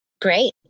great